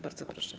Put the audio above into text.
Bardzo proszę.